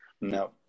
No